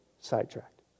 sidetracked